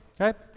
okay